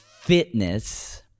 fitness